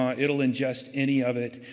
um it'll ingest any of it,